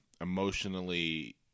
emotionally